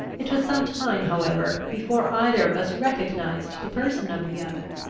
it was some time however, before either of us recognised the person of the other.